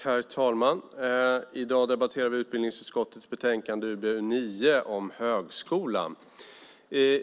Herr talman! I dag debatterar vi utbildningsutskottets betänkande UbU9 om högskolan.